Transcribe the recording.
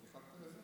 חתיכת רזומה.